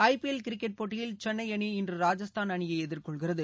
IPL cricket போட்டியில் சென்னைஅணி இன்று ராஜஸ்தான் அணியைஎதிர்கொள்கிறது